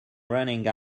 running